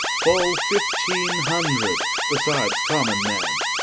full fifteene hundred, besides common men